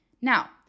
Now